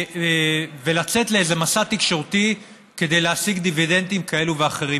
ולצאת לאיזה מסע תקשורתי כדי להשיג דיבידנדים כאלה ואחרים.